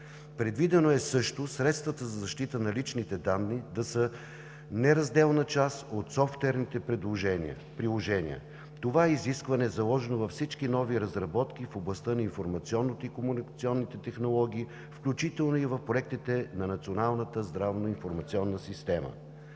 Предвидено е също средствата за защита на личните данни да са неразделна част от софтуерните приложения. Това изискване е заложено във всички нови разработки в областта на информационните и комуникационните технологии, включително и в проектите от Националната здравно-информационна система.